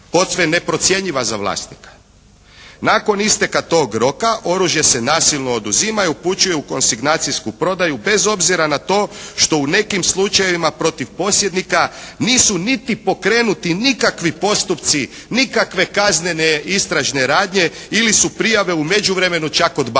posve je neprocjenjiva za vlasnika. Nakon isteka tog roka oružje se nasilno oduzima i upućuje u konsignacijsku prodaju bez obzira na to što u nekim slučajevima protiv posjednika nisu niti pokrenuti nikakvi postupci, nikakve kaznene istražne radnje ili su prijave u međuvremenu čak odbačene.